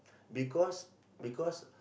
because because